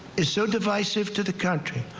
is so divisive to the country.